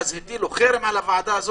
הטילו עליה חרם,